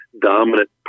dominant